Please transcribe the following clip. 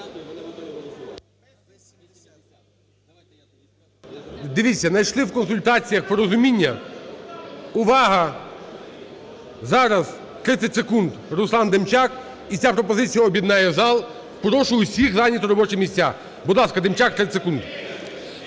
Дивіться, знайшли в консультаціях порозуміння. Увага! Зараз 30 секунд – Руслан Демчак, і ця пропозиція об'єднає зал. Прошу усіх зайняти робочі місця. Будь ласка, Демчак, 30 секунд.